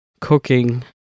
cooking